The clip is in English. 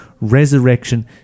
resurrection